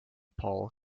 paul